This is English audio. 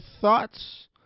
thoughts